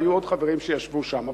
והיו עוד חברים שישבו שם.